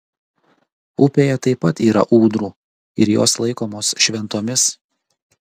upėje taip pat yra ūdrų ir jos laikomos šventomis